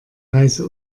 reise